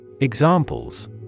Examples